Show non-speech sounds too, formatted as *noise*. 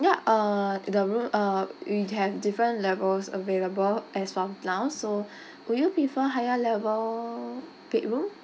ya uh the room uh we have different levels available as of now so *breath* would you prefer higher level bedroom